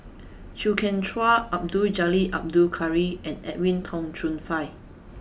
Chew Kheng Chuan Abdul Jalil Abdul Kadir and Edwin Tong Chun Fai